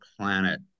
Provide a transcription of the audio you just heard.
planet